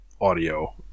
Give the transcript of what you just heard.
audio